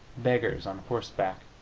beggars on horseback,